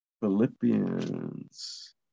Philippians